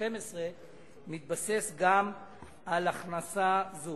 ו-2012 מתבסס גם על הכנסה זו.